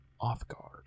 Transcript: off-guard